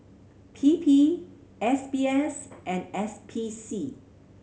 P P S B S and S P C